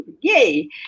yay